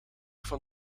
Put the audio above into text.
van